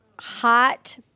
hot